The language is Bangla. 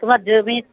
তোমার জমির